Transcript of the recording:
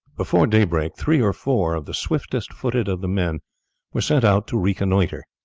before daybreak three or four of the swiftest-footed of the men were sent out to reconnoitre.